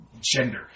gender